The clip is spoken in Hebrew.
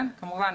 כן, כמובן.